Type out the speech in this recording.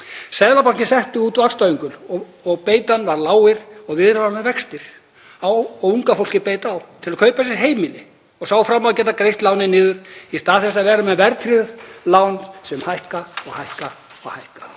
Seðlabankinn setti út vaxtaöngul og beitan var lágir og viðráðanlegir vextir. Unga fólkið beit á til að kaupa sér heimili og sá fram á að geta greitt lánin niður í stað þess að vera með verðtryggð lán sem hækka og hækka.